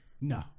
No